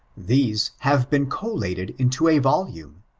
these have been collated into a volume,